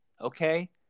okay